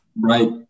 right